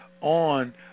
on